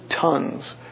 tons